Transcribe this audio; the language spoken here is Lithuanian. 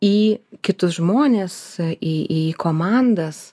į kitus žmones į į komandas